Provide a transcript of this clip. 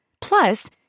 Plus